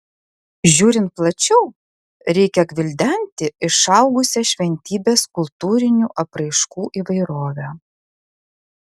žiūrint plačiau reikia gvildenti išaugusią šventybės kultūrinių apraiškų įvairovę